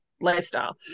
lifestyle